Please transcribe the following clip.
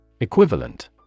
Equivalent